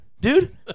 dude